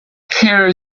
here